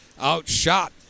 outshot